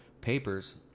papers